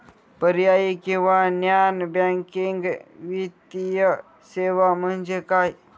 पर्यायी किंवा non banking वित्तीय सेवा म्हणजे काय?